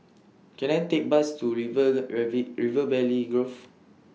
Can I Take Bus to River River Valley Grove